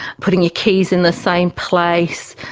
putting your keys in the same place,